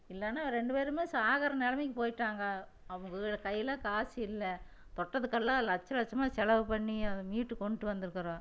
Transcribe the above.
இல்லைனா ரெண்டு பேருமே சாகிற நிலமைக்கி போயிட்டாங்க அவங்க கையில் காசு இல்லை தொட்டத்துக்கெல்லாம் லட்ச லட்சமாக செலவு பண்ணி அதை மீட்டு கொண்டுட்டு வந்திருக்குறோம்